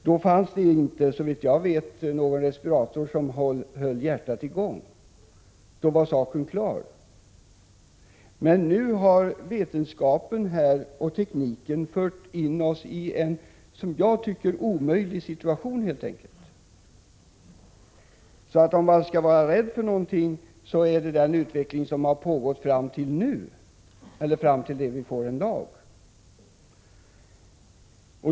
Då fanns det inte, såvitt jag vet, någon respirator som höll hjärtat i gång, då var saken klar. Men nu har vetenskapen och tekniken lett till att vi fått en, som jag tycker, omöjlig situation. Om man skall vara rädd för någonting, så är det den utveckling som har pågått fram till det att vi får en lag.